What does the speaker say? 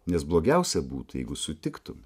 nes blogiausia būtų jeigu sutiktum